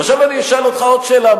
ועכשיו אני אשאל אותך עוד שאלה.